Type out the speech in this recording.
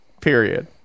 Period